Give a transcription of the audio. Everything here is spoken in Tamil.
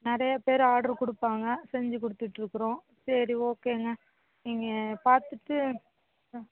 நிறைய பேர் ஆட்ரு கொடுப்பாங்க செஞ்சு கொடுத்துட்ருக்குறோம் சரி ஓகேங்க நீங்கள் பார்த்துட்டு ஆ